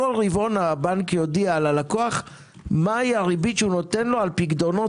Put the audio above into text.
בכל רבעון הבנק יודיע ללקוח מה הריבית שנותן לו על פיקדונות